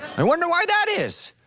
i wonder why that is,